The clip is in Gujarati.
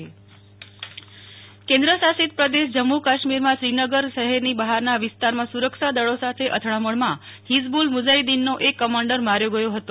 નેહ્લ ઠક્કર જમ્મુ કાશ્મીર આતંકી ઠાર કેન્દ્ર શાસિત પ્રદેશ જમ્મુ કાશ્મીરમાં શ્રીનગર શહેરની બહારના વિસ્તારમાં સુરક્ષા દળી સાથેની અથડામણમાં હિઝબુલ મુજાહિદ્દીનનો એક કમાન્ડર માર્યો ગયો હતો